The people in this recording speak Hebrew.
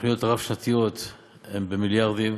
התוכניות הרב-שנתיות הן במיליארדים,